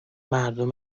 مردم